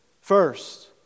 First